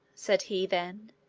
said he, then,